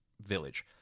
village